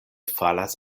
falas